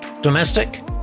domestic